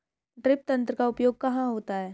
Drip तंत्र का उपयोग कहाँ होता है?